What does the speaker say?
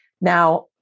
Now